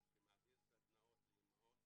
שמעביר סדנאות לאימהות